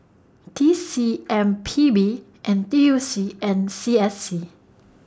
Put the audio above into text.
T C M P B N T U C and C S C